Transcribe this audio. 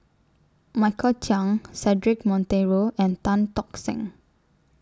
Michael Chiang Cedric Monteiro and Tan Tock Seng